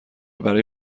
برای